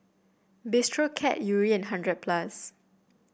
Bistro Cat Yuri and hundred plus